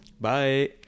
Bye